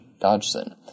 Dodgson